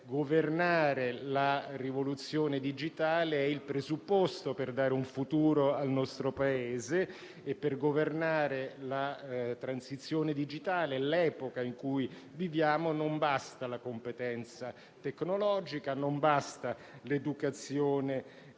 governare la rivoluzione digitale è il presupposto per dare un futuro al nostro Paese. E, per governare la transizione digitale e l'epoca in cui viviamo, non bastano la competenza tecnologica e l'educazione digitale,